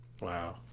Wow